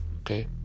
okay